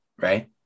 Right